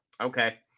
Okay